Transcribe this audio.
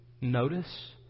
notice